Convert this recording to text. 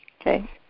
Okay